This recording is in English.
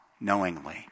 knowingly